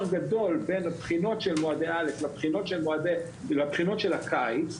גדול בין הבחינות של מועדי א' לבחינות של הקיץ,